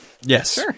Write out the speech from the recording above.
yes